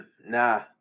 Nah